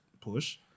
push